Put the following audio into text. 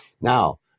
Now